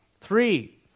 Three